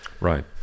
Right